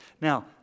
Now